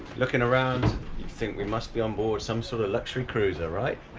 looking around you think we must be on board some sort of luxury cruiser, right?